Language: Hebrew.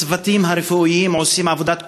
הצוותים הרפואיים עושים עבודת קודש,